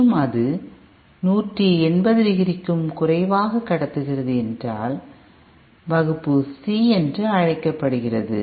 மற்றும் அது 180 டிகிரிக்கும் குறைவாக கடத்துகிறது என்றால் வகுப்பு C என்று அழைக்கப்படுகிறது